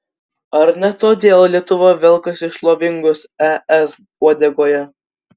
ar ne todėl lietuva velkasi šlovingos es uodegoje